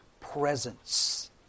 presence